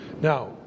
Now